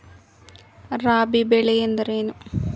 ರಾಬಿ ಬೆಳೆ ಎಂದರೇನು?